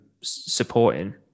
supporting